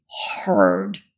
hard